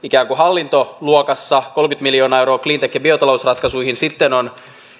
hallintoluokassa kolmekymmentä miljoonaa euroa cleantech ja biotalousratkaisuihin sitten on